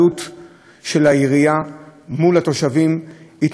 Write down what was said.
של העירייה מול התושבים, התנהלות של כחש,